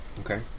Okay